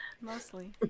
mostly